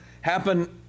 happen